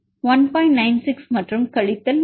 96 மற்றும் கழித்தல் 1